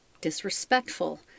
disrespectful